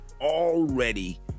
already